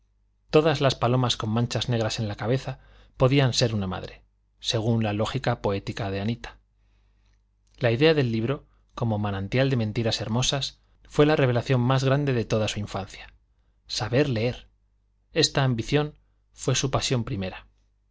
todas las palomas con manchas negras en la cabeza podían ser una madre según la lógica poética de anita la idea del libro como manantial de mentiras hermosas fue la revelación más grande de toda su infancia saber leer esta ambición fue su pasión primera